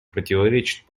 противоречат